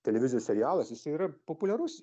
televizijos serialas jisai yra populiarus